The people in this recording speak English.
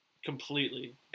Completely